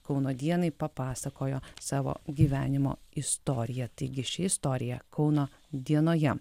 kauno dienai papasakojo savo gyvenimo istoriją taigi ši istorija kauno dienoje